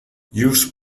youth